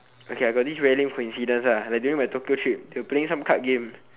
okay I got this really lame coincidence lah like during my Tokyo trip we were playing some card game